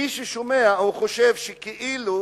מי ששומע חושב שכאילו